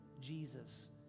Jesus